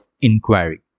inquiry